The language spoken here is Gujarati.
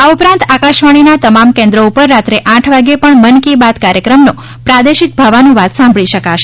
આ ઉપરાંત આકાશવાણીના તમામ કેન્દ્રો પર રાત્રે આઠ વાગે પણ મન કી બાત કાર્યક્રમનો પ્રાદેશિક ભાવાનુવાદ સાંભળી શકાશે